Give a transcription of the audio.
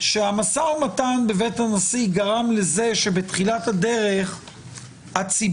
שהמשא ומתן בבית הנשיא גרם לזה שבתחילת הדרך הציבור